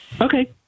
Okay